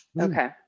Okay